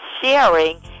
sharing